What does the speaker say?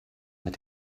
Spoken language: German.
mit